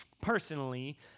personally